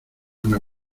una